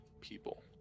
people